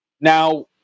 Now